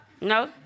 No